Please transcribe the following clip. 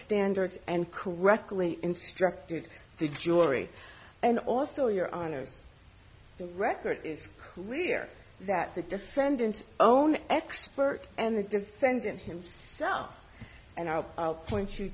standards and correctly instructed the jury and also your honor the record is clear that the defendant's own expert and the defendant himself and i'll point you